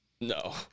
No